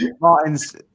Martin's